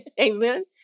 Amen